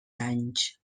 anys